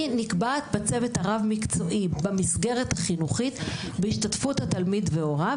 היא נקבעת בצוות הרב-מקצועי במסגרת החינוכית בהשתתפות התלמיד והוריו,